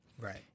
right